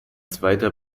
zweiter